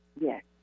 Yes